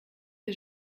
que